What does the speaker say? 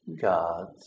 God's